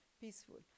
peaceful